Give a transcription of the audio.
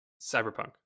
Cyberpunk